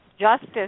justice